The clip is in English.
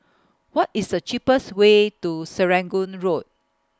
What IS The cheaper Way to Serangoon Road